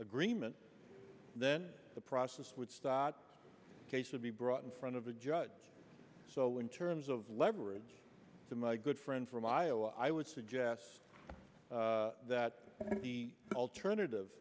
agreement then the process would start case would be brought in front of a judge so in terms of leverage to my good friend from ohio i would suggest that the alternative